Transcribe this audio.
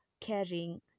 caring